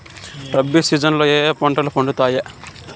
rabi season లో ఏ ఏ పంటలు పండుతాయి